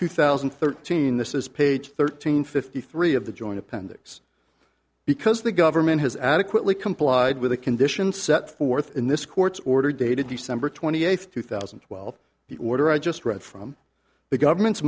two thousand and thirteen this is page thirteen fifty three of the joint appendix because the government has adequately complied with the conditions set forth in this court's order dated december twenty eighth two thousand and twelve the order i just read from the government's